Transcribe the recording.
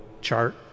chart